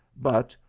but,